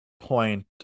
point